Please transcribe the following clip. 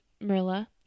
Marilla